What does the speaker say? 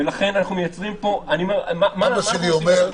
אבא שלי,